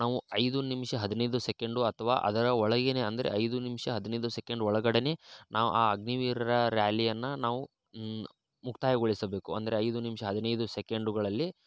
ನಾವು ಐದು ನಿಮಿಷ ಹದಿನೈದು ಸೆಕೆಂಡು ಅಥವಾ ಅದರ ಒಳಗೆ ಅಂದರೆ ಐದು ನಿಮಿಷ ಹದಿನೈದು ಸೆಕೆಂಡ್ ಒಳಗಡೆ ನಾವು ಆ ಅಗ್ನಿವೀರರ ರ್ಯಾಲಿಯನ್ನು ನಾವು ಮುಕ್ತಾಯಗೊಳಿಸಬೇಕು ಅಂದರೆ ಐದು ನಿಮಿಷ ಹದಿನೈದು ಸೆಕೆಂಡುಗಳಲ್ಲಿ